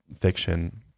fiction